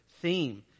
theme